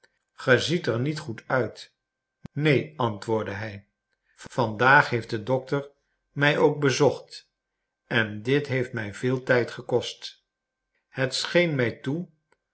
ge ziet er niet goed uit neen antwoordde hij vandaag heeft de dokter mij ook bezocht en dit heeft mij veel tijd gekost het scheen mij toe